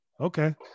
Okay